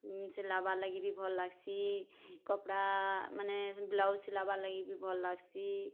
ସିଲାବାର ଲାଗି ବି ଭଲ ଲାଗ୍ସି କପଡ଼ା ମାନେ ବ୍ଲାଉଜ୍ ସିଲାବାର୍ ଲାଗି ବି ଭଲ ଲାଗ୍ସି